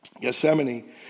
Gethsemane